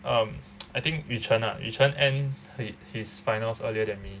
um I think yu chen ah yu chen end hi~ his finals earlier than me